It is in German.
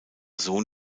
sohn